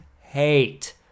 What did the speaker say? hate